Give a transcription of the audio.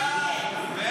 סעיפים 1